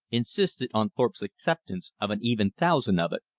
insisted on thorpe's acceptance of an even thousand of it.